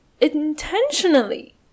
intentionally